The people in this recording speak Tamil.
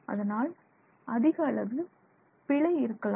அதனால் அதிக அளவு பிழை இருக்கலாம்